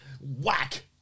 Whack